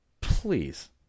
please